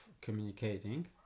communicating